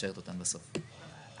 בעיקר שאלתי שאלה.